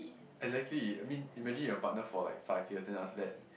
exactly I mean imagine you are partner for like five years then after that